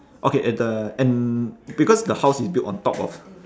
okay at the and because the house is built on top of